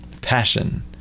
passion